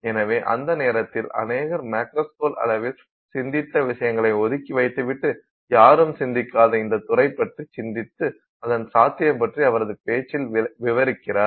எனவே அந்த நேரத்தில் அநேகர் மேக்ரோஸ்கேல் அளவில் சிந்தித்த விசயங்களை ஒதுக்கி வைத்துவிட்டு யாரும் சிந்திக்காத இந்த துறைப் பற்றி சிந்தித்து அதன் சாத்தியம் பற்றி அவரது பேச்சில் விவரிக்கிறார்